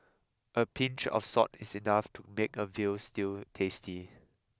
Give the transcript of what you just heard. a pinch of salt is enough to make a veal stew tasty